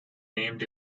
named